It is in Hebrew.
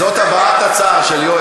אני הצבעתי בעד.